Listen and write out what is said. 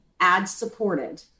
ad-supported